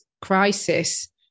crisis